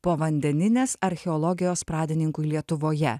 povandeninės archeologijos pradininku lietuvoje